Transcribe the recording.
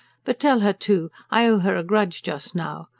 but tell her, too, i owe her a grudge just now.